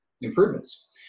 improvements